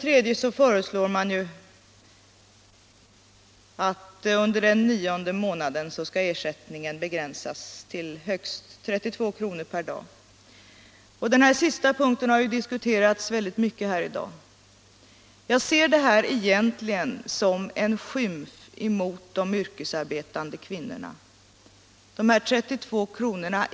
Vidare föreslår man att ersättningen under den nionde månaden skall begränsas till högst 32 kr. per dag. Denna punkt har diskuterats mycket här i dag. Jag ser egentligen detta förslag som en skymf mot de yrkesarbetande kvinnorna. Dessa 32 kr.